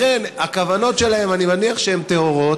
הכוונות שלהם, אני מניח שהן טהורות.